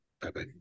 Bye-bye